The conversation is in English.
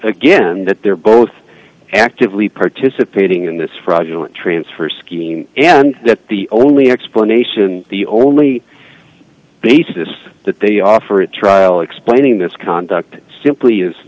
again that they're both actively participating in this fraudulent transfer scheme and that the only explanation the only basis that they offer a trial explaining this conduct simply is